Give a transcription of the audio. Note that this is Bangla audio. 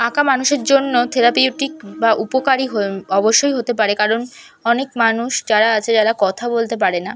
আঁকা মানুষের জন্য থেরাপিউটিক বা উপকারী হয়ে অবশ্যই হতে পারে কারণ অনেক মানুষ যারা আছে যারা কথা বলতে পারে না